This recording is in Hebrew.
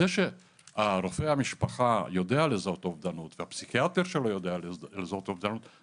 זה שרופא המשפחה יודע לזהות אובדנות והפסיכיאטר שלו יודע לזהות אובדנות,